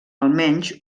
almenys